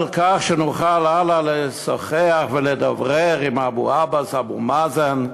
על כך שנוכל הלאה לשוחח ולדבר עם עבאס, אבו מאזן.